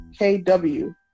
KW